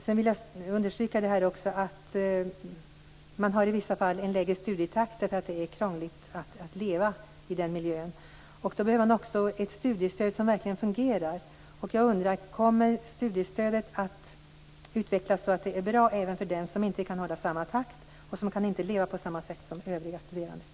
Jag vill understryka att handikappade i vissa fall har en lägre studietakt därför att det är krångligt att leva i den miljön. Då behöver de ett studiestöd som verkligen fungerar. Jag undrar om studiestödet kommer att utvecklas så att det blir bra även för den som inte kan hålla samma takt och som inte kan leva på samma sätt som övriga studerande?